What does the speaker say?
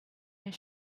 your